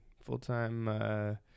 Full-time